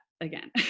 again